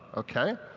ok,